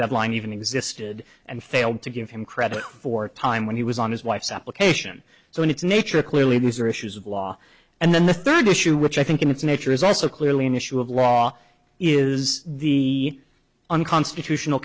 deadline even existed and failed to give him credit for time when he was on his wife's application so in its nature clearly these are issues of law and then the third issue which i think in its nature is also clearly an issue of law is the unconstitutional